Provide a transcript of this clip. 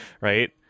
right